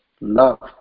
love